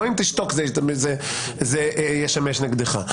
לא אם תשתוק זה ישמש נגדך.